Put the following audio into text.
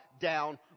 down